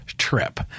Trip